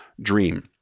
dream